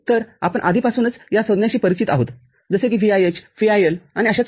तरआपण आधीपासूनच या संज्ञाशी परिचित आहोत जसे कि VIH VIL आणि अशाच काही